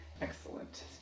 Excellent